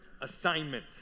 assignment